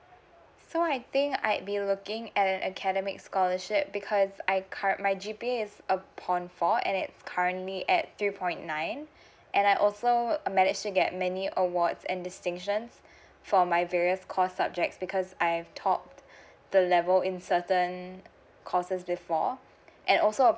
so I think I'd be looking at an academic scholarship because I curr~ my G_P is upon four and it's currently at three point nine and I also know uh managed to get many awards and distinctions for my various core subjects because I've topped the level in certain courses before and also